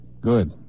Good